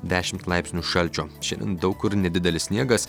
dešimt laipsnių šalčio šiandien daug kur nedidelis sniegas